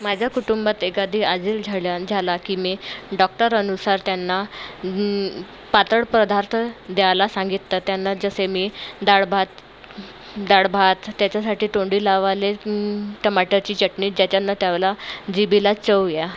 माझ्या कुटुंबात एखादी आजील झाल्यां झाला की मी डॉक्टरानुसार त्यांना पातळ पदार्थ द्यायला सांगितलं त्यांना जसे मी डाळ भात डाळ भात त्याच्यासाठी तोंडी लावायला टमाटरची चटणी ज्याच्यानं त्यावला जिभेला चव या